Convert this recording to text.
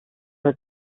has